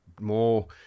more